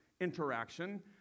interaction